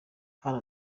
hari